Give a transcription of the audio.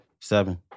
Seven